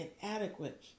inadequate